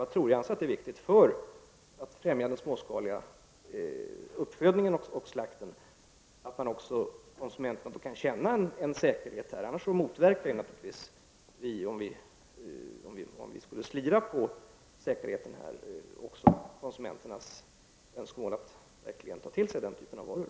Jag tror också att det, för att man skall främja den småskaliga uppfödningen och slakten, är viktigt för konsumenterna att de kan känna säkerhet. Om man skulle så att säga slira på säkerheten motverkas ju konsumenternas önskemål att köpa denna typ av varor.